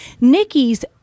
Nikki's